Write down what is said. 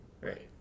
Right